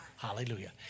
Hallelujah